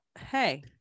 Hey